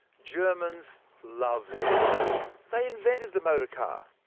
germans love their cars. they invented the motorcar,